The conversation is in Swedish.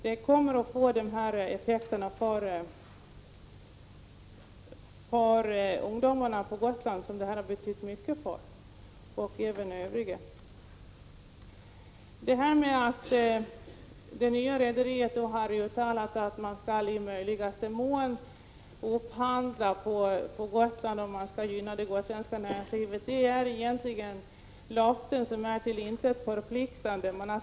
Det kommer att få negativa effekter för ungdomarna på Gotland, för vilka denna säsonganställning har betytt mycket. Det nya rederiets uttalande om att man i möjligaste mån skall göra upphandlingar på Gotland och gynna det gotländska näringslivet är egentligen löften som är till intet förpliktande.